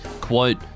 quote